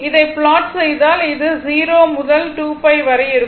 இதை ப்ளாட் செய்தால் இது 0 முதல் 2 π வரை இருக்கும்